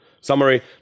summary